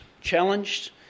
challenged